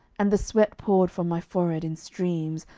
and the sweat poured from my forehead in streams,